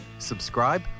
subscribe